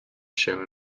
się